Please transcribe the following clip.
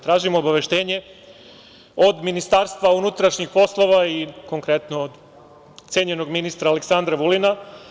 Tražim obaveštenje od Ministarstva unutrašnjih poslova i konkretno cenjenog ministra Aleksandra Vulina.